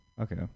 okay